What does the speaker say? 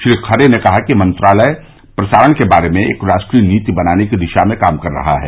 श्री खरे ने कहा कि मंत्रालय प्रसारण के बारे में एक राष्ट्रीय नीति बनाने की दिशा में काम कर रहा है